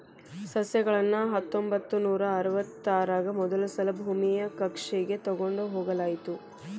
ಸಸ್ಯಗಳನ್ನ ಹತ್ತೊಂಬತ್ತನೂರಾ ಅರವತ್ತರಾಗ ಮೊದಲಸಲಾ ಭೂಮಿಯ ಕಕ್ಷೆಗ ತೊಗೊಂಡ್ ಹೋಗಲಾಯಿತು